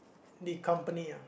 the company ah